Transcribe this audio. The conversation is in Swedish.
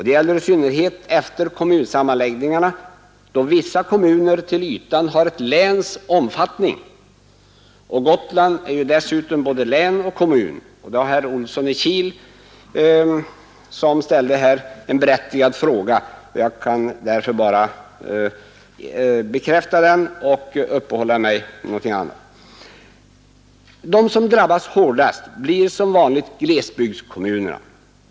Det gäller i synnerhet efter kommunsammanläggningarna, då vissa kommuner till ytan har ett läns omfattning — Gotland är ju dessutom både län och kommun, Herr Olsson i Kil ställde här en berättigad fråga. Jag kan därför bara bekräfta den och kan gå över till någonting annat. De som drabbas hårdast blir som vanligt glesbygdskommunerna.